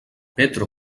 petro